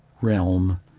realm